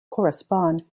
correspond